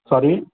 sorry